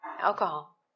alcohol